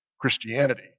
Christianity